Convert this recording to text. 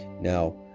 Now